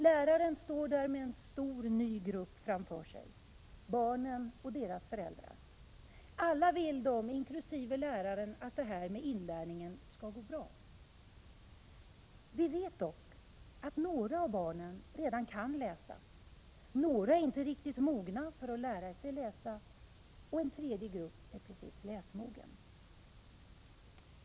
Läraren står där med en ny stor grupp framför sig: barnen och deras föräldrar. Alla vill de, inkl. läraren, att det här med inlärningen skall gå bra. Vi vet dock att några av barnen redan kan läsa, att några inte är riktigt mogna för att lära sig läsa och att en tredje grupp är precis ”läsmogen”.